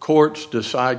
courts decide